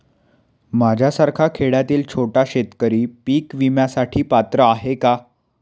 माझ्यासारखा खेड्यातील छोटा शेतकरी पीक विम्यासाठी पात्र आहे का?